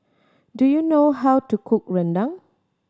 do you know how to cook rendang